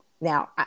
Now